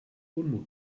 unmut